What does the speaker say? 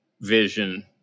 vision